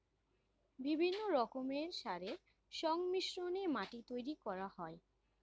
বিভিন্ন রকমের সারের সংমিশ্রণে মাটি তৈরি করা হয়